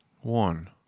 One